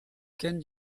ken